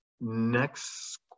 next